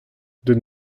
deuet